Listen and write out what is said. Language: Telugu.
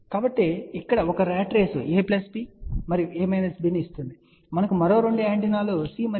కాబట్టి ఇక్కడ ఒక ర్యాట్ రేసు A B మరియు A B ను ఇస్తుంది ఇప్పుడు మనకు మరో రెండు యాంటెనాలు C మరియు D